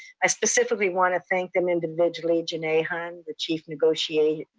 i specifically wanna thank them individually, jamet hund, the chief negotiator.